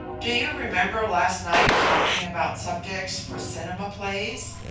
do you remember last night talking about subjects for cinema plays?